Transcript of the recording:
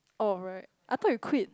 oh right I thought you quit